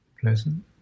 pleasant